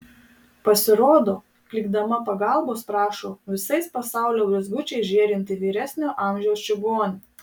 pasirodo klykdama pagalbos prašo visais pasaulio blizgučiais žėrinti vyresnio amžiaus čigonė